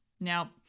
Now